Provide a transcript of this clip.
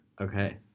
okay